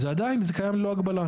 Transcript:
זה עדיין, זה קיים ללא הגבלה.